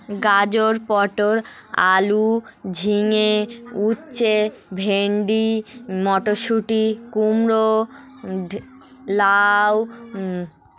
গাজর পটল আলু ঝিঙে উচ্ছে ভেন্ডি মটরশুঁটি কুমড়ো লাউ